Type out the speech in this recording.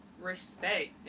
respect